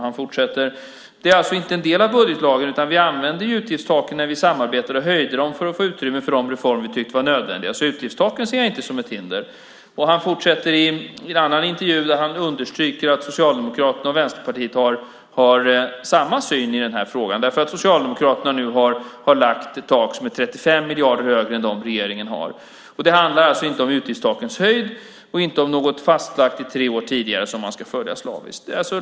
Han fortsätter: Det är alltså inte en del av budgetlagen, utan vi använde utgiftstaken när vi samarbetade och höjde dem för att få utrymme för de reformer vi tyckte var nödvändiga, så utgiftstaken ser jag inte som ett hinder. Han fortsätter i en annan intervju, där han understryker att Socialdemokraterna och Vänsterpartiet har samma syn i den här frågan därför att Socialdemokraterna nu har lagt ett tak som är 35 miljarder högre än de som regeringen har. Det handlar alltså inte om utgiftstakens höjd och inte om något fastlagt tre år tidigare som man ska följa slaviskt.